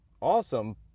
awesome